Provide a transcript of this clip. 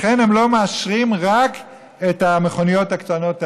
לכן הם לא מאשרים אלא רק את המכוניות הקטנות האלה.